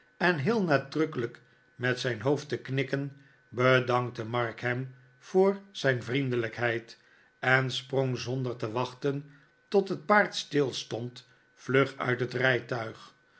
en heel nadrukkelijk met zijn hoofd te knikken bedankte mark hem voor zijn vriendelijkheid en sprong zonder te wachten tot het paard stilstond vlug uit het rijtuig